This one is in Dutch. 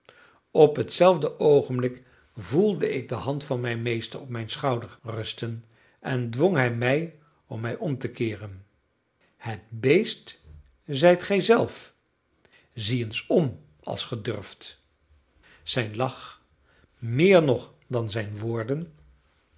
op hetzelfde oogenblik voelde ik de hand van mijn meester op mijn schouder rusten en dwong hij mij om mij om te keeren het beest zijt gij zelf zie eens om als ge durft zijn lach meer nog dan zijn woorden